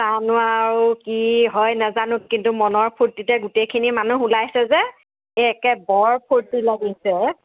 জানো আৰু কি হয় নেজানো কিন্তু মনৰ ফূৰ্টিতে গোটেইখিনি মানুহ ওলাইছে যে এই একে বৰ ফূৰ্টি লাগিছে